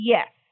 Yes